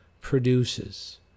produces